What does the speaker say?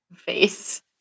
Face